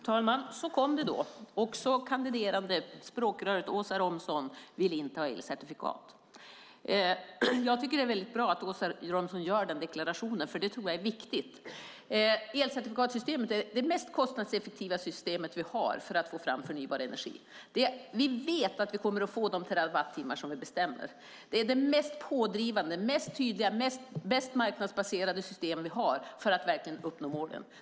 Fru talman! Så kom det då: Kandiderande språkröret Åsa Romson vill inte heller ha elcertifikat. Jag tycker att det är väldigt bra att Åsa Romson gör den deklarationen, för det är viktigt. Elcertifikatssystemet är det mest kostnadseffektiva system vi har för att få fram förnybar energi. Vi vet att vi kommer att få de terawattimmar som vi bestämmer. Det är det mest pådrivande, mest tydliga och bäst marknadsbaserade system vi har för att verkligen uppnå målen.